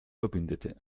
verbündete